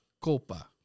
Copa